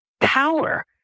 power